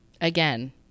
Again